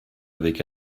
avec